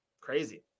crazy